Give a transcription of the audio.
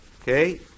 Okay